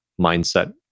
mindset